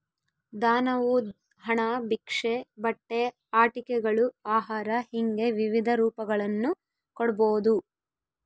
ದಾನವು ಹಣ ಭಿಕ್ಷೆ ಬಟ್ಟೆ ಆಟಿಕೆಗಳು ಆಹಾರ ಹಿಂಗೆ ವಿವಿಧ ರೂಪಗಳನ್ನು ಕೊಡ್ಬೋದು